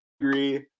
agree